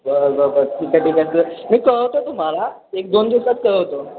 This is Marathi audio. बरं बरं बरं ठीक आहे ठीक आहे तर मी कळवतो तुम्हाला एक दोन दिवसात कळवतो